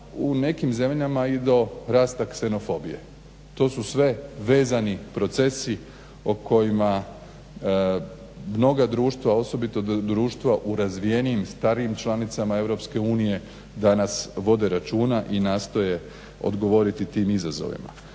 u nekim zemljama i do rasta ksenofobije. To su sve vezani procesi o kojima mnoga društva osobito društva u razvijenijim, starijim članicama EU danas vode računa i nastoje odgovoriti tim izazovima.